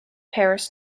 paris